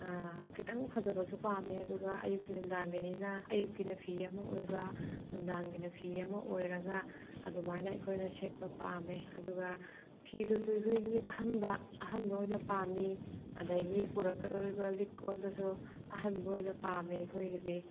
ꯈꯤꯇꯥꯡ ꯐꯖꯕꯁꯨ ꯄꯥꯝꯃꯦ ꯑꯗꯨꯒ ꯑꯌꯨꯛꯀꯤ ꯅꯨꯡꯗꯥꯡꯒꯤꯅꯤꯅ ꯑꯌꯨꯛꯀꯤꯅ ꯐꯤ ꯑꯃ ꯑꯣꯏꯕ ꯅꯨꯡꯗꯥꯡꯒꯤꯅ ꯐꯤ ꯑꯃ ꯑꯣꯏꯔꯒ ꯑꯗꯨꯃꯥꯏꯅ ꯑꯩꯈꯣꯏꯅ ꯁꯦꯠꯄ ꯄꯥꯝꯃꯦ ꯑꯗꯨꯒ ꯐꯤꯗꯨꯁꯨ ꯑꯩꯈꯣꯏꯒꯤ ꯑꯍꯟꯕ ꯑꯍꯟꯕ ꯑꯣꯏꯅ ꯄꯥꯝꯃꯤ ꯑꯗꯩꯒꯤ ꯄꯨꯔꯛꯀꯗꯕ ꯂꯤꯛ ꯀꯣꯟꯗꯨꯁꯨ ꯑꯍꯟꯕ ꯑꯣꯏꯅ ꯄꯥꯝꯃꯦ ꯑꯩꯈꯣꯏꯒꯤꯗꯤ